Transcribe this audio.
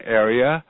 area